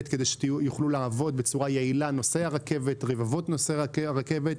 כדי שיוכלו לעבוד בצורה יעילה רבבות נוסעי הרכבת.